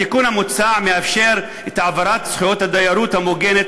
התיקון המוצע מאפשר את העברת זכויות הדיירות המוגנת